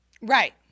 right